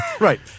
Right